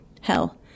hell